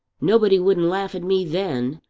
nobody wouldn't laugh at me then.